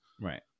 Right